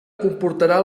comportarà